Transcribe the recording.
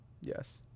Yes